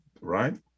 right